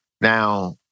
Now